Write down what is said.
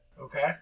Okay